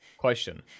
question